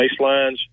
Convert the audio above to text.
baselines